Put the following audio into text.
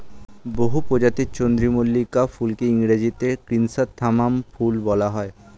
বহু প্রজাতির চন্দ্রমল্লিকা ফুলকে ইংরেজিতে ক্রিস্যান্থামাম ফুল বলা হয়